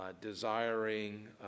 desiring